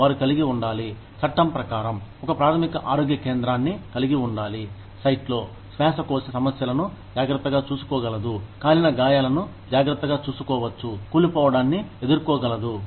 వారు కలిగి ఉండాలి చట్టం ప్రకారం ఒక ప్రాథమిక ఆరోగ్య కేంద్రాన్ని కలిగి ఉండాలి సైట్లో శ్వాసకోశ సమస్యలను జాగ్రత్తగా చూసుకో గలదు కాలిన గాయాలను జాగ్రత్తగా చూసుకో వచ్చు కూలి పోవడాన్ని ఎదుర్కో గలదు